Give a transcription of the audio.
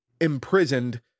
imprisoned